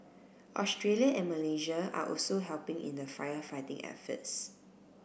Australia and Malaysia are also helping in the firefighting efforts